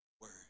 word